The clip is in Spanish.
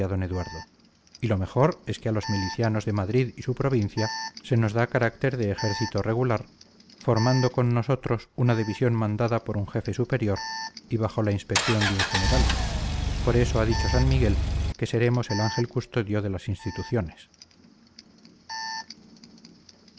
d eduardo y lo mejor es que a los milicianos de madrid y su provincia se nos da carácter de ejército regular formando con nosotros una división mandada por un jefe superior y bajo la inspección de un general por eso ha dicho san miguel que seremos el ángel custodio de las instituciones